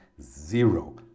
Zero